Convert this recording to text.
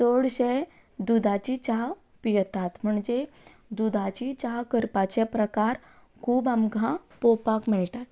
चडशे दुदाची च्या पियेतात म्हणजे दुदाची च्या करपाचे प्रकार खूब आमकां पळोवपाक मेळटात